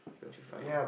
don't you find